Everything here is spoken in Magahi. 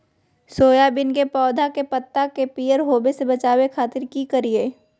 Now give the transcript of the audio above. सोयाबीन के पौधा के पत्ता के पियर होबे से बचावे खातिर की करिअई?